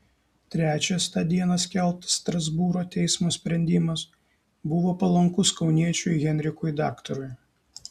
trečias tą dieną skelbtas strasbūro teismo sprendimas buvo palankus kauniečiui henrikui daktarui